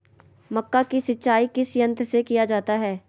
मक्का की सिंचाई किस यंत्र से किया जाता है?